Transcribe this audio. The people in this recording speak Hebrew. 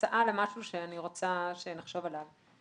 הצעה שאני רוצה שנחשוב עליו.